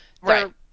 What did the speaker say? Right